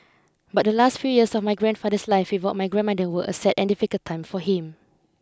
but the last few years of my grandfather's life without my grandmother were a sad and difficult time for him